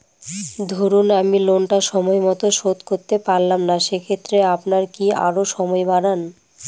ধরুন আমি লোনটা সময় মত শোধ করতে পারলাম না সেক্ষেত্রে আপনার কি আরো সময় বাড়ান?